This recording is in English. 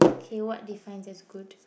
okay what defines as good